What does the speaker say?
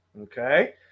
Okay